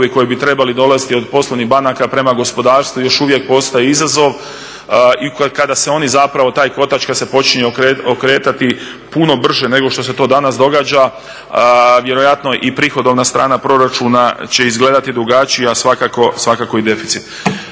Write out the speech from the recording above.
koji bi trebali dolaziti od poslovnih banaka prema gospodarstvu još uvijek postaje izazov. I kada se oni zapravo, taj kotač kad se počinje okretati puno brže nego što se to danas događa vjerojatno i prihodovna strana proračuna će izgledati drugačije, a svakako i deficit.